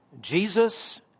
Jesus